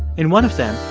in one of them,